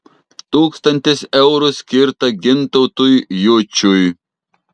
tūkstantis eurų skirta gintautui jučiui